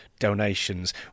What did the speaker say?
donations